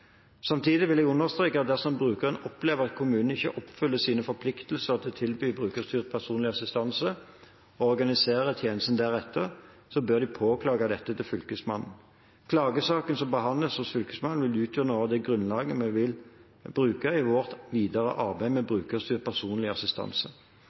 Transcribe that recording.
Samtidig vil jeg understreke at dersom brukerne opplever at kommunen ikke oppfyller sine forpliktelser til å tilby brukerstyrt personlig assistanse og å organisere tjenesten deretter, bør de påklage dette til fylkesmannen. Klagesaker som behandles hos fylkesmannen, vil utgjøre noe av det grunnlaget vi vil bruke i vårt videre arbeid med